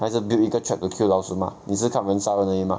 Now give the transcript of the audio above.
还是 build 一个 trap to kill 老鼠 mah 你是看人杀人而已 mah